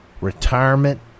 retirement